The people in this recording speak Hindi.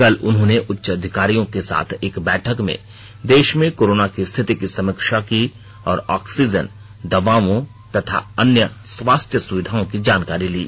कल उन्होंने उच्चाधिकारियों के साथ एक बैठक में देश में कोरोना की स्थिति की समीक्षा की और ऑक्सीजन दवाओं तथा अन्य स्वास्थ्य सुविधाओं की जानकारी ली